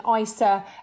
ISA